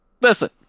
listen